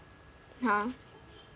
!huh!